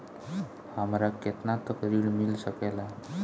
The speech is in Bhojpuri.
हमरा केतना तक ऋण मिल सके ला?